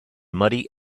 muddy